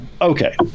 Okay